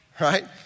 right